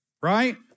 right